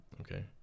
okay